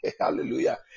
hallelujah